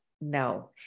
no